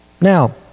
Now